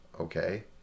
Okay